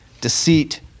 deceit